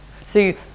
See